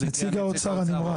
אז הגיע נציג משרד האוצר,